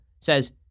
says